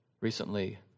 recently